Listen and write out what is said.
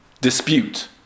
dispute